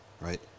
right